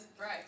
Right